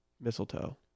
mistletoe